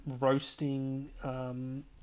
roasting